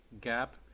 gap